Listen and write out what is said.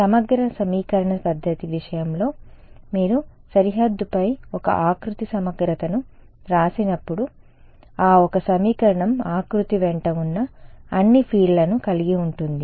సమగ్ర సమీకరణ పద్ధతి విషయంలో మీరు సరిహద్దుపై ఒక ఆకృతి సమగ్రతను వ్రాసినప్పుడు ఆ ఒక సమీకరణం ఆకృతి వెంట ఉన్న అన్ని ఫీల్డ్లను కలిగి ఉంటుంది